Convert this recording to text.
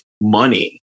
money